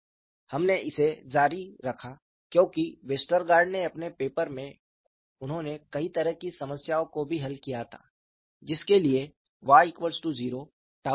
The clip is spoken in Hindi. हमने इसे जारी रखा क्योंकि वेस्टरगार्ड ने अपने पेपर में उन्होंने कई तरह की समस्याओं को भी हल किया था जिसके लिए y 0 xy0था